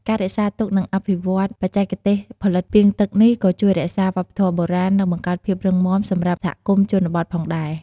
ការរក្សាទុក និងអភិវឌ្ឍបច្ចេកទេសផលិតពាងទឹកនេះ ក៏ជួយរក្សាវប្បធម៌បុរាណ និងបង្កើតភាពរឹងមាំសម្រាប់សហគមន៍ជនបទផងដែរ។